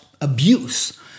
abuse